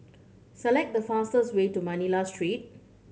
select the fastest way to Manila Street